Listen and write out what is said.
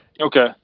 okay